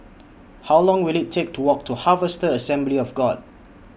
How Long Will IT Take to Walk to Harvester Assembly of God